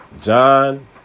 John